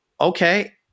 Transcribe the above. Okay